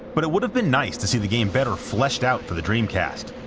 but it would have been nice to see the game better fleshed out for the dreamcast,